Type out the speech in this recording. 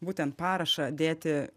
būtent parašą dėti